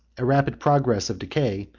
a rapid progress of decay,